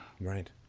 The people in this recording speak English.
right